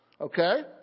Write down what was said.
Okay